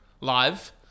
live